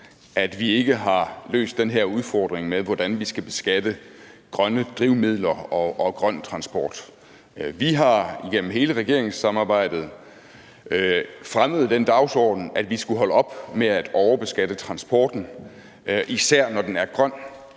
at vi ikke har løst den her udfordring med, hvordan vi skal beskatte grønne drivmidler og grøn transport. Vi har igennem hele regeringssamarbejdet fremmet den dagsorden, at vi skulle holde op med at overbeskatte transporten, især når den er grøn.